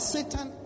Satan